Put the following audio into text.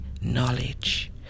knowledge